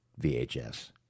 VHS